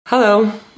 Hello